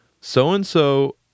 so-and-so